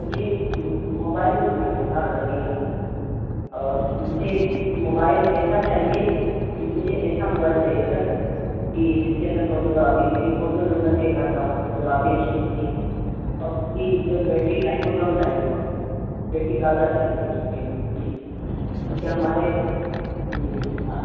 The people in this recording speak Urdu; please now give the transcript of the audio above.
مجھے موبائل مانگانا تھا آرڈر کرنا تھا اور مجھے موبائل ایسا چاہیے کہ مجھے ایسا موبائل چاہیے سر کہ جس کے اندر فوٹوگرافی یعنی فوٹو نمبر ایک آتا ہو فوٹوگرافی اچھی ہو اس کی اور اس کی جو بیٹری ٹائم ہو لانگ ٹائم ہو بیٹری زیادہ رہتی ہو ٹکتی ہو جی کیوںکہ ہمارے جی جی